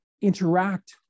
interact